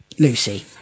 Lucy